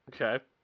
Okay